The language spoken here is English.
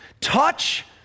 Touch